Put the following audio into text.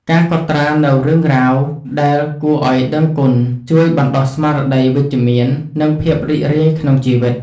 ការកត់ត្រានូវរឿងរ៉ាវដែលគួរឱ្យដឹងគុណ ជួយបណ្ដុះស្មារតីវិជ្ជមាន និងភាពរីករាយក្នុងជីវិត។